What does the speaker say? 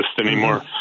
anymore